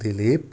Dilip